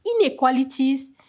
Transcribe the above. inequalities